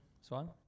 Swan